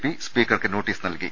P സ്പീക്കർക്ക് നോട്ടീസ് നൽകി